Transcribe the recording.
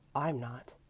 i'm not.